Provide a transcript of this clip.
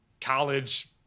college